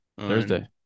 Thursday